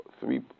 three